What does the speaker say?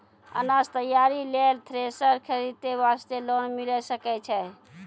अनाज तैयारी लेल थ्रेसर खरीदे वास्ते लोन मिले सकय छै?